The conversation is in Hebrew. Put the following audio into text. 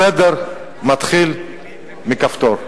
הסדר מתחיל מכפתור,